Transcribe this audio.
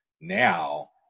now